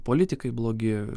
politikai blogi